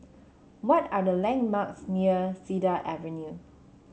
what are the landmarks near Cedar Avenue